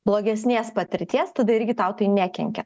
blogesnės patirties tada irgi tau tai nekenkia